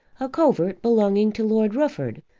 a covert belonging to lord rufford,